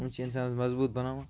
یِم چھِ اِنسانَس مضبوٗط بَناوان